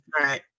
right